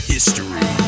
History